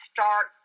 start